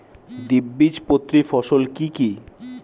দ্বিবীজপত্রী ফসল কি কি?